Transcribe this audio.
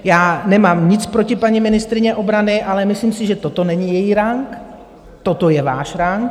Já nemám nic proti paní ministryni obrany, ale myslím si, že toto není její rank, toto je váš rank .